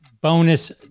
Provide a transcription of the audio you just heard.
bonus